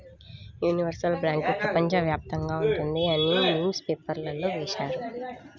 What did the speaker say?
universal bank ప్రపంచ వ్యాప్తంగా ఉంటుంది అని న్యూస్ పేపర్లో వేశారు